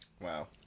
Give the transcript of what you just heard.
Wow